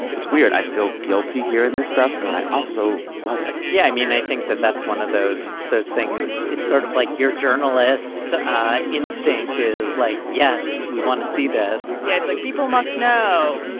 it's weird. i feel guilty hearing this stuff. but i also love it yeah. i mean, i think that that's one of those those things. it's sort of like your journalist instinct is like, yes, we want to see this yeah. it's like, people must know.